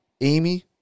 Amy